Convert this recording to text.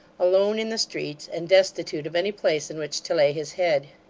alone in the streets and destitute of any place in which to lay his head.